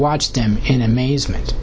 watched them in amazement